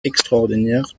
extraordinaire